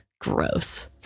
gross